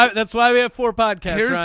um that's why we have four podcasts.